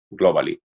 globally